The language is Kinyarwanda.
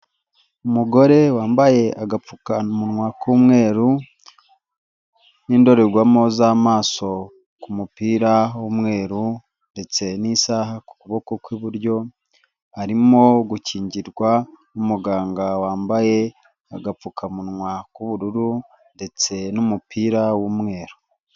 Umugore wambaye agapfukamunwa k'umweru n'indorerwamo z'amaso ku mupira h'umweru ndetse n'isaha ku kuboko kw'iburyo, arimo gukingirwa n'umuganga wambaye agapfukamunwa k'ubururu ndetse n'umupira w'umweru.